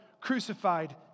crucified